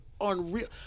unreal